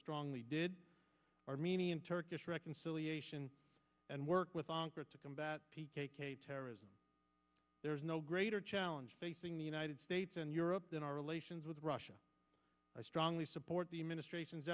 strongly did armenian turkish reconciliation and work with congress to combat terrorism there is no greater challenge facing the united states and europe than our relations with russia i strongly support the administration's